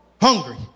hungry